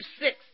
six